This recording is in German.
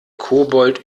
kobold